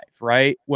right